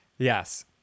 Yes